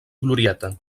glorieta